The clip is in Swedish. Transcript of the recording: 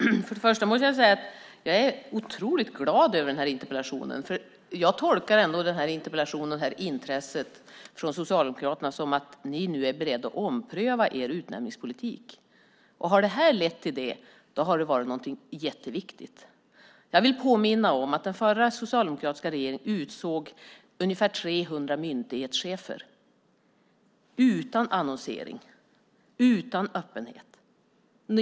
Herr talman! Först och främst måste jag säga att jag är otroligt glad över den här interpellationen. Jag tolkar ändå interpellationen och intresset från Socialdemokraternas sida som att ni nu är beredda att ompröva er utnämningspolitik. Har det här lett till det har det varit jätteviktigt. Jag vill påminna om att den förra socialdemokratiska regeringen utsåg ungefär 300 myndighetschefer utan annonsering, utan öppenhet.